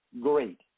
great